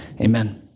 Amen